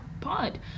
pod